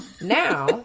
Now